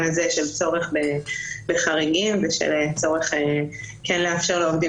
הזה של צורך בחריגים ושל צורך כן לאפשר לעובדים